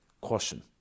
caution